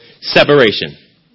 Separation